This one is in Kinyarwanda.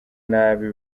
nabi